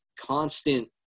constant